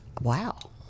Wow